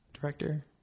director